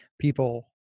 people